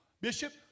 Bishop